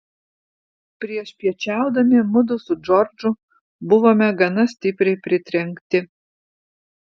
priešpiečiaudami mudu su džordžu buvome gana stipriai pritrenkti